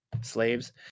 slaves